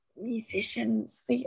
musicians